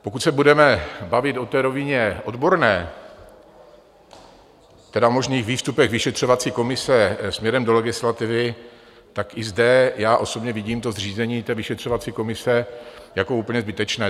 Pokud se budeme bavit o rovině odborné, tedy možných výstupech vyšetřovací komise směrem do legislativy, tak i zde osobně vidím zřízení vyšetřovací komise jako úplně zbytečné.